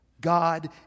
God